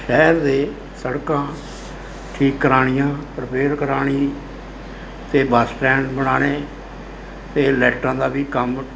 ਸ਼ਹਿਰ ਦੇ ਸੜਕਾਂ ਠੀਕ ਕਰਵਾਉਣੀਆਂ ਰਿਪੇਅਰ ਕਰਵਾਉਣੀ ਅਤੇ ਬਸ ਸਟੈਂਡ ਬਣਾਉਣੇ ਅਤੇ ਲਾਈਟਾਂ ਦਾ ਵੀ ਕੰਮ